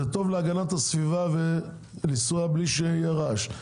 זה טוב להגנת הסביבה לנסוע בלי שיהיה רעש.